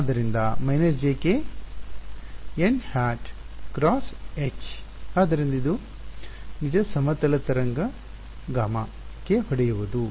ಆದ್ದರಿಂದ jknˆ × H ಆದ್ದರಿಂದ ಇದು ನಿಜ ಸಮತಲ ತರಂಗ Γ ಕ್ಕೆ ಹೊಡೆಯುವುದು